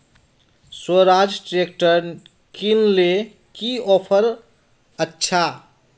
Swaraj tractor किनले की offer अच्छा?